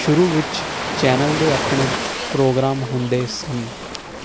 ਸ਼ੁਰੂ ਵਿੱਚ ਚੈਨਲ ਦੇ ਆਪਣੇ ਪ੍ਰੋਗਰਾਮ ਹੁੰਦੇ ਸਨ